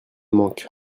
manque